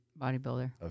bodybuilder